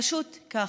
פשוט ככה.